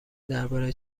درباره